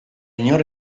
inor